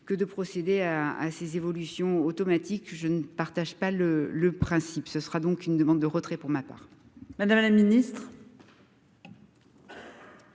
que de procéder à, à ces évolutions, automatique, je ne partage pas le le principe, ce sera donc une demande de retrait pour ma part.